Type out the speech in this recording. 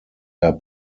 der